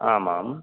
आमां